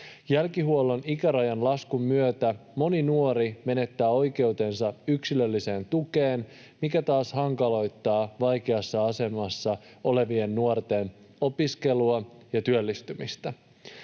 Jälkihuollon ikärajan laskun myötä moni nuori menettää oikeutensa yksilölliseen tukeen, mikä taas hankaloittaa vaikeassa asemassa olevien nuorten opiskelua ja työllistymistä.